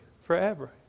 forever